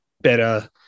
better